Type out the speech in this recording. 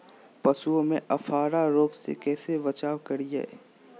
पशुओं में अफारा रोग से कैसे बचाव करिये?